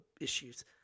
issues